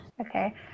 Okay